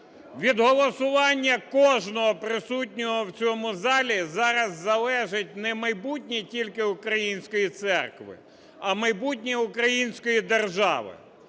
Від голосування кожного присутнього в цьому залі зараз залежить не майбутнє тільки української церкви, а майбутнє української держави.